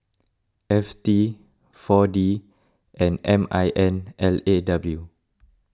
F T four D and M I N L A W